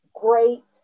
great